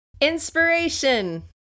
Inspiration